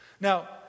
Now